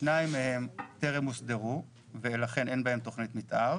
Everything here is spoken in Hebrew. שניים מהם טרם הוסדרו ולכן אין בהם תכנית מתאר,